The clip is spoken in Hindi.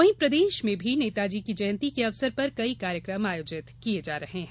वहीं प्रदेश में भी नेताजी की जयंति के अवसर पर कई कार्यक्रम आयोजित किए जा रहे हैं